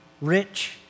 rich